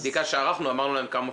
זה לא מספיק.